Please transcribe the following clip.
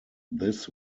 this